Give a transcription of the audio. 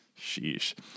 Sheesh